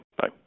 bye